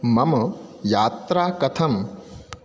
मम यात्रा कथम्